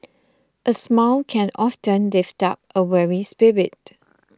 a smile can often lift up a weary spirit